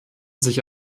sich